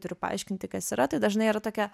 turiu paaiškinti kas yra tai dažnai yra tokia